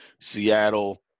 Seattle